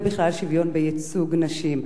ובכלל שוויון בייצוג נשים.